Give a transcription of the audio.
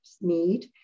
need